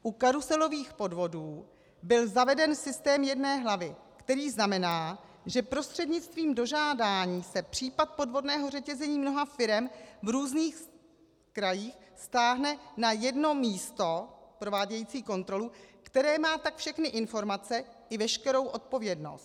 U karuselových podvodů byl zaveden systém jedné hlavy, který znamená, že prostřednictvím dožádání se případ podvodného řetězení mnoha firem v různých krajích stáhne na jedno místo provádějící kontrolu, které má tak všechny informace i veškerou odpovědnost.